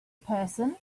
person